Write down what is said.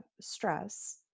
stress